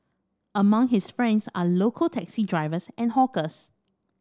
among his friends are local taxi drivers and hawkers